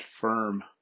firm